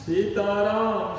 Sitaram